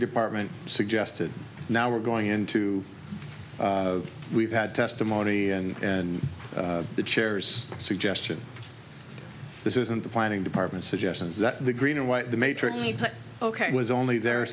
department suggested now we're going into we've had testimony and and the chairs suggestion this is in the planning department suggestions that the green and white the matrix ok it was only there